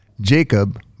Jacob